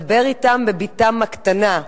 דבר אתם בבתם הקטנה,